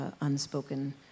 unspoken